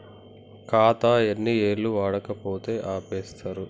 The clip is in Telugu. ఖాతా ఎన్ని ఏళ్లు వాడకపోతే ఆపేత్తరు?